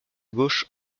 gauche